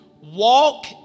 walk